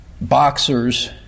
boxers